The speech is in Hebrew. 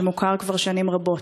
שמוכר כבר שנים רבות.